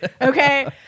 okay